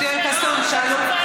חבר הכנסת יואל חסון, שאלו,